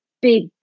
big